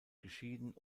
geschieden